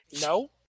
No